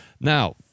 Now